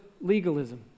legalism